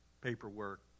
paperwork